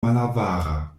malavara